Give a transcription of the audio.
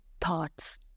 thoughts